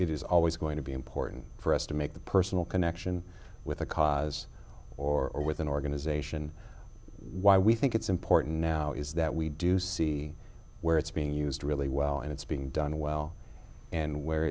is always going to be important for us to make the personal connection with a cause or with an organization why we think it's important now is that we do see where it's being used really well and it's being done well and where